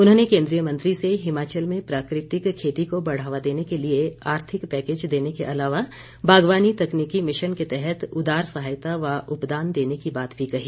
उन्होंने केन्द्रीय मंत्री से हिमाचल में प्राकृतिक खेती को बढ़ावा देने के लिए आर्थिक पैकेज देने के अलावा बागवानी तकनीकी मिशन के तहत उदार सहायता व उपदान देने की बात भी कही